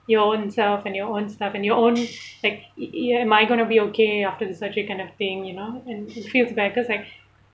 your own self and your own stuff and your own like it it am I gonna be okay after the surgery kind of thing you know and it feels bad cause like